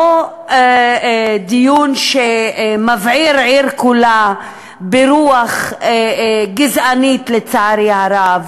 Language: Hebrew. לא דיון שמבעיר עיר שלמה ברוח גזענית, לצערי הרב,